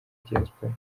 diaspora